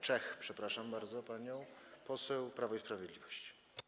Czech - przepraszam bardzo panią poseł - Prawo i Sprawiedliwość.